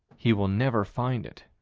he will never find it.